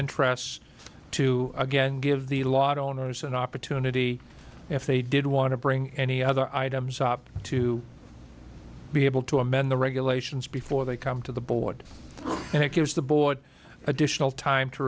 interests to again give the lot owners an opportunity if they did want to bring any other items up to be able to amend the regulations before they come to the board and it gives the board additional time to